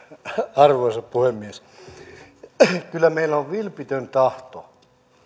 arvoisa puhemies kyllä meillä on vilpitön tahto